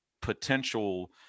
potential